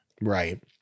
Right